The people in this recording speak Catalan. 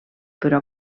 però